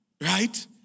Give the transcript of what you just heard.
Right